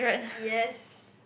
yes